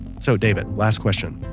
so david, last question.